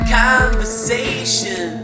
conversation